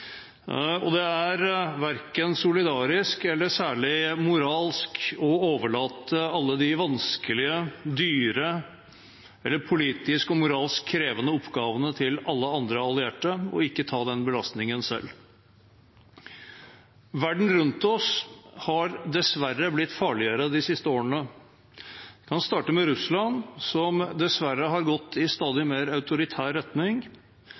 Det er verken solidarisk eller særlig moralsk å overlate alle de vanskelige, dyre eller politisk og moralsk krevende oppgavene til alle andre allierte og ikke ta den belastningen selv. Verden rundt oss har dessverre blitt farligere de siste årene. La oss starte med Russland, som dessverre har gått i stadig mer autoritær retning.